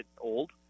old